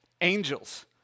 angels